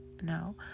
No